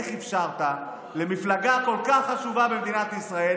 איך אפשרת למפלגה כל כך חשובה במדינת ישראל